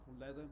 leather